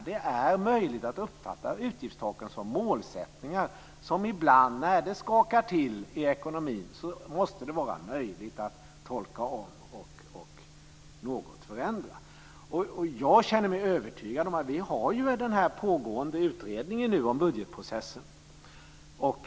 Det är möjligt att uppfatta utgiftstaken som mål, som ibland när det skakar till i ekonomin måste vara möjligt att tolka om och något förändra. Vi har nu den pågående utredningen om budgetprocessen.